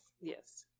yes